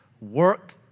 work